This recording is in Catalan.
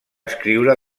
escriure